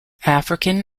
african